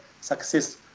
success